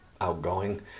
outgoing